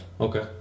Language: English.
okay